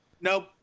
Nope